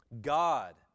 God